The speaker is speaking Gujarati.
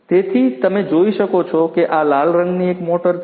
તેથી તમે જોઈ શકો છો કે આ લાલ રંગની એક મોટર છે